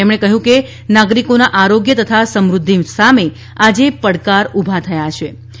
તેમણે કહ્યું કે નાગરિકોના આરોગ્ય તથા સમૃઘ્ઘિ સામે આજે પડકાર ઊભા થયા છિ